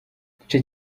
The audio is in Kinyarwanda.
igice